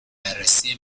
بررسی